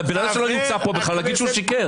על בן אדם שלא נמצא פה בכלל להגיד שהוא שיקר.